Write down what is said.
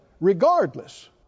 Regardless